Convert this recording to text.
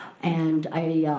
and i'm